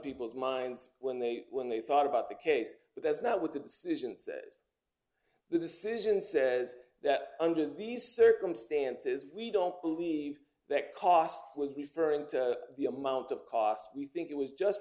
people's minds when they when they thought about the case but that's not what the decision the decision says that under these circumstances we don't believe that cost was referring to the amount of cost we think it was just